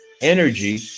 energy